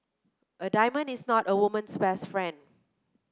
a diamond is not a woman's best friend